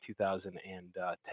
2010